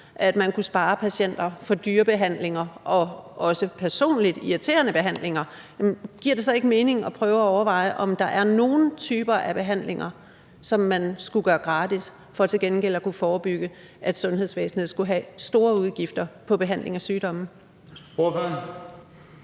at man kunne spare patienter for dyre behandlinger og også personligt irriterende behandlinger, giver det så ikke mening at prøve at overveje, om der er nogen typer af behandlinger, som man skulle gøre gratis, for til gengæld at kunne forebygge, at sundhedsvæsenet skal have store udgifter på behandling af sygdomme? Kl.